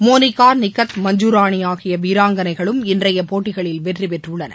மோளிகா நிக்கத் மஞ்கராணி ஆகிய வீராங்கனைகளும் இன்றைய போட்டிகளில் வெற்றி பெற்றுள்ளனர்